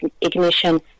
ignition